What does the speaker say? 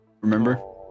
Remember